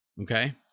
Okay